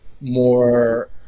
more